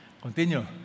Continue